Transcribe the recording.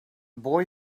boy